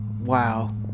wow